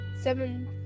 seven